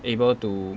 able to